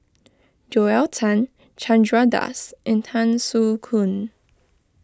Joel Tan Chandra Das and Tan Soo Khoon